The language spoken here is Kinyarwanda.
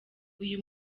uyu